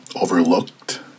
overlooked